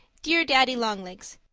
dear daddy-long-legs,